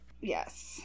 Yes